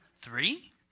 Three